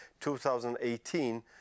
2018